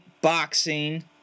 boxing